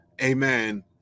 amen